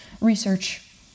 research